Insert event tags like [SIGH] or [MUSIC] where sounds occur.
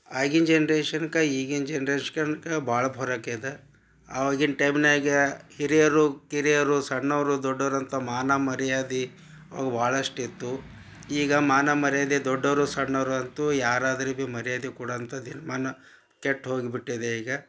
ಆಗಿನ ಜನ್ರೇಷನ್ಗ ಈಗಿನ ಜನ್ರೇಷ್ಕನ್ಗ ಭಾಳ [UNINTELLIGIBLE] ಆವಾಗಿನ ಟೈಮ್ನಾಗ ಹಿರಿಯರು ಕಿರಿಯರು ಸಣ್ಣವರು ದೊಡ್ಡೊರು ಅಂತ ಮಾನ ಮರ್ಯಾದೆ ಅವು ಭಾಳಷ್ಟು ಇತ್ತು ಈಗ ಮಾನ ಮರ್ಯಾದೆ ದೊಡ್ಡೋವ್ರು ಸಣ್ಣೋವ್ರು ಅಂತ ಯಾರಾದ್ರು ಭಿ ಮರ್ಯಾದೆ ಕೊಡೋ ಅಂಥ ದಿನಮಾನ ಕೆಟ್ಟು ಹೋಗಿಬಿಟ್ಟಿದೆ ಈಗ